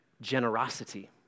generosity